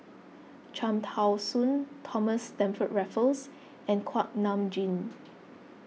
Cham Tao Soon Thomas Stamford Raffles and Kuak Nam Jin